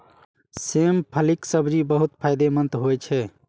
सेम फलीक सब्जी बहुत फायदेमंद होइ छै